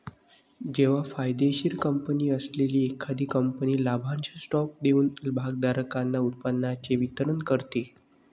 जेव्हा फायदेशीर कंपनी असलेली एखादी कंपनी लाभांश स्टॉक देऊन भागधारकांना उत्पन्नाचे वितरण करते